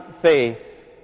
faith